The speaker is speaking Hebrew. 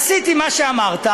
עשיתי מה שאמרת,